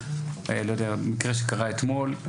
לא יודע מקרה שקרה אתמול,